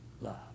love